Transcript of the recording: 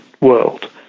world